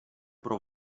pro